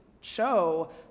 show